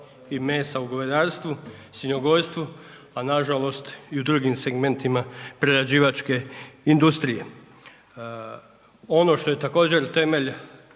i mesa u govedarstvu, svinjogojstvu a nažalost i u drugim segmentima prerađivačke industrije. Ono što je također temelj